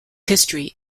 history